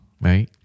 right